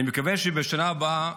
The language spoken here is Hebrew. אני מקווה שבשנה הבאה